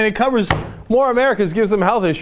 ah covers more americans give them health